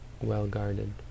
well-guarded